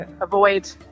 avoid